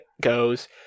goes